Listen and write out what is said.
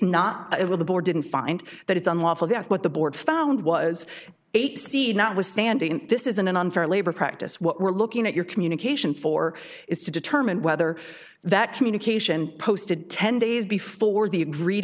will the board didn't find that it's unlawful guess what the board found was eight seed not withstanding this is an unfair labor practice what we're looking at your communication for is to determine whether that communication posted ten days before the agreed